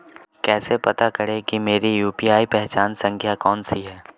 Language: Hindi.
कैसे पता करें कि मेरी यू.पी.आई पहचान संख्या कौनसी है?